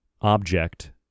object